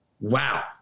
wow